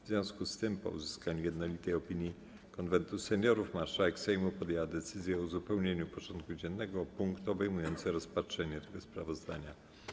W związku z tym, po uzyskaniu jednolitej opinii Konwentu Seniorów, marszałek Sejmu podjął decyzję o uzupełnieniu porządku dziennego o punkt obejmujący rozpatrzenie tego sprawozdania.